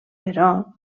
però